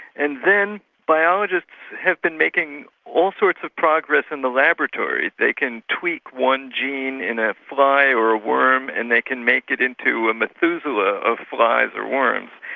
and then biologists have been making all sorts of progress in the laboratories. they can tweak one gene in a fly or a worm and they can make it into a methuselah of flies or worms.